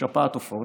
שפעת עופות.